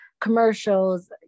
commercials